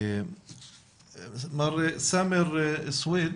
מר סאמר סוואיט,